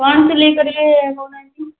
କ'ଣ ସିଲେଇ କରିବେ କହୁନାହାଁନ୍ତି